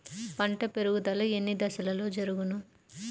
పంట పెరుగుదల ఎన్ని దశలలో జరుగును?